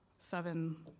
seven